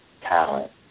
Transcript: talent